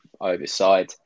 Overside